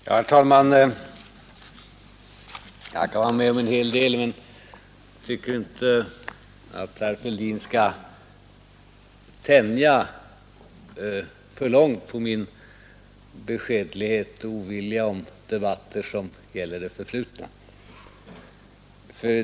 Herr talman! Jag kan hålla med om en hel del men tycker inte att herr Fälldin skall tänja för långt på min beskedlighet och ovilja mot debatter som gäller det förflutna.